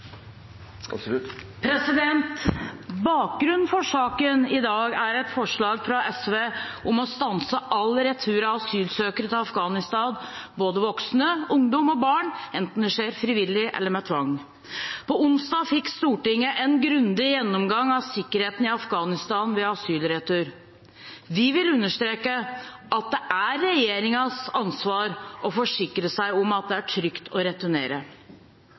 et forslag fra SV om å stanse all retur av asylsøkere til Afghanistan, både voksne, ungdom og barn, enten det skjer frivillig eller med tvang. På onsdag fikk Stortinget en grundig gjennomgang av sikkerheten i Afghanistan ved asylretur. Vi vil understreke at det er regjeringens ansvar å forsikre seg om at det er trygt å returnere.